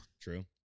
True